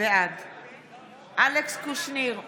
בעד אלכס קושניר,